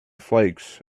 flakes